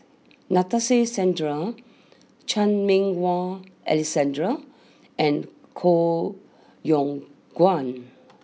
Nadasen Chandra Chan Meng Wah Alexander and Koh Yong Guan